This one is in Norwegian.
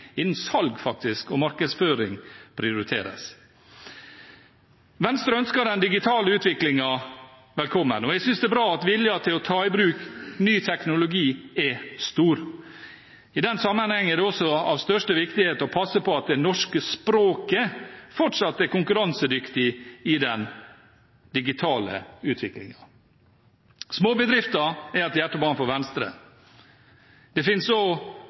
innen salg, faktisk, og markedsføring prioriteres. Venstre ønsker den digitale utviklingen velkommen, og jeg synes det er bra at viljen til å ta i bruk ny teknologi er stor. I den sammenheng er det også av største viktighet å passe på at det norske språket fortsatt er konkurransedyktig i den digitale utviklingen. Småbedrifter er et hjertebarn for Venstre. Det